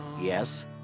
Yes